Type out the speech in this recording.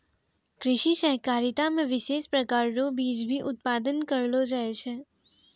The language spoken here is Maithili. कृषि सहकारिता मे विशेष प्रकार रो बीज भी उत्पादन करलो जाय छै